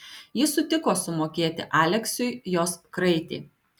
jis sutiko sumokėti aleksiui jos kraitį